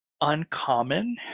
uncommon